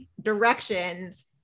Directions